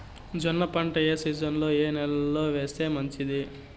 జొన్న పంట ఏ సీజన్లో, ఏ నెల లో వేస్తే మంచిది?